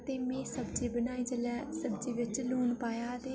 ते मैं सब्जी बनाई जिल्लै सब्जी बिच्च लून पाया ते